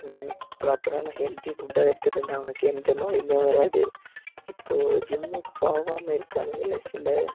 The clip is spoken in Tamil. ப்ராப்பரான ஹெல்த்தி ஃபுட்டாக எடுத்துகிட்டு இருந்தால் அவனுக்கு எந்த நோயுமே வராது இப்போது ஜிம்முக்கு போகாம இருக்கானுங்களே சில